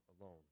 alone